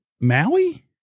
Maui